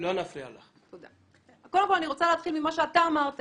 קודם כל אני רוצה להתחיל ממה שאתה אמרת